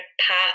path